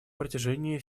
протяжении